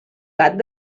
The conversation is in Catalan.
gat